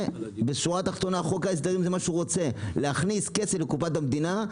חוק ההסדרים רצה להכניס כסף לקופת המדינה,